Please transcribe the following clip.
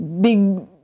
big